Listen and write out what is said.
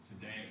today